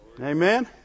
Amen